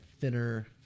thinner